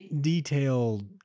Detailed